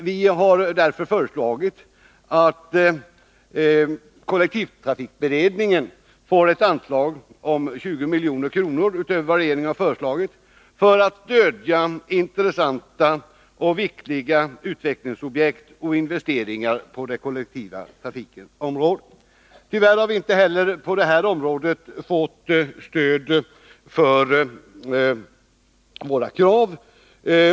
Vi har därför föreslagit att kollektivtrafikberedningen får ett anslag om 20 milj.kr. utöver vad regeringen har föreslagit för att stödja intressanta och viktiga utvecklingsobjekt och investeringar på kollektivtrafikens område. Tyvärr har vi inte heller på den punkten fått stöd för våra krav.